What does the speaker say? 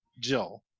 Jill